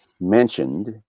mentioned